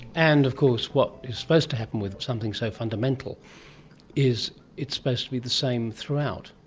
and of course what is supposed to happen with something so fundamental is it's supposed to be the same throughout,